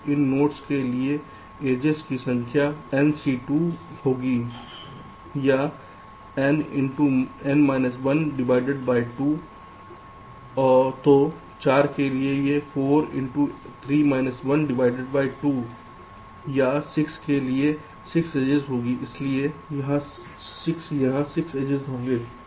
तो N nodes के लिए एड्जेस की संख्या C2n होगी या n X n 12 तो 4 के लिए यह होगा 4 X 3 12 या 6 यहां 6 एड्जेस होंगे